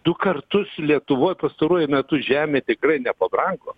du kartus lietuvoj pastaruoju metu žemė tikrai nepabrango